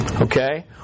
Okay